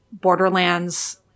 Borderlands